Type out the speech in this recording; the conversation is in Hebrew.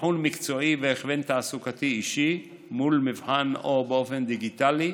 אבחון מקצועי והכוון תעסוקתי אישי מול מאבחן או באופן דיגיטלי,